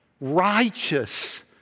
righteous